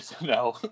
No